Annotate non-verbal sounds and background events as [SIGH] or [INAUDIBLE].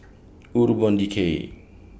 [UNINTELLIGIBLE] Decay